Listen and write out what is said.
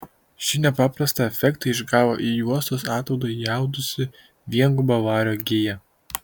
šį nepaprastą efektą išgavo į juostos ataudą įaudusi viengubą vario giją